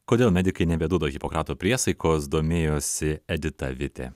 kodėl medikai nebeduoda hipokrato priesaikos domėjosi edita vitė